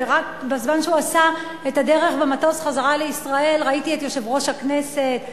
ורק בזמן שהוא עשה את הדרך במטוס חזרה לישראל ראיתי את יושב-ראש הכנסת,